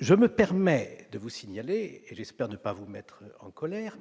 Je me permets de vous signaler, et j'espère ne pas vous mettre en colère,